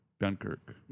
Dunkirk